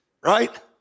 Right